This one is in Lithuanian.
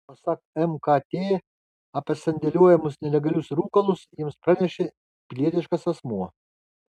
pasak mkt apie sandėliuojamus nelegalius rūkalus jiems pranešė pilietiškas asmuo